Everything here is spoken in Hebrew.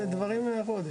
זה דברים לחוד.